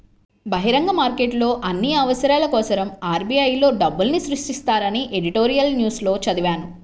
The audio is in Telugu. బహిరంగ మార్కెట్లో అన్ని అవసరాల కోసరం ఆర్.బి.ఐ లో డబ్బుల్ని సృష్టిస్తారని ఎడిటోరియల్ న్యూస్ లో చదివాను